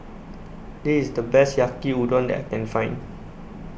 This IS The Best Yaki Udon I Can Find